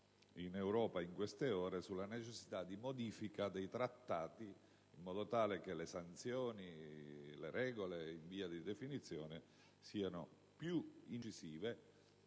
Sarkozy, e sulla necessità di modifica dei trattati in modo tale che le sanzioni e le regole in via di definizione siano più incisive,